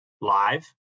live